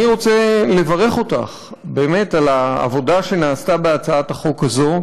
אני רוצה לברך אותך על העבודה שנעשתה בהצעת החוק הזאת.